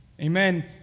Amen